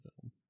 film